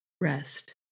rest